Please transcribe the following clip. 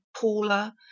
Paula